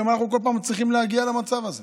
למה אנחנו כל פעם צריכים להגיע למצב הזה?